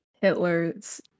Hitler's